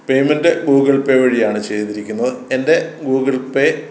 payment Google Pay വഴിയാണ് ചെയ്തിരിക്കുന്നത് എൻ്റെ ഗൂഗിൾ പേ